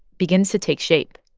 begins to take shape.